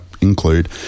include